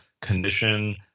condition